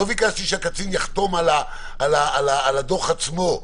לא ביקשתי שקצין יחתום על הדוח עצמו,